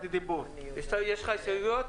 יש לך הסתייגויות?